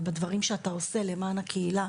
ובדברים שאתה עושה למען הקהילה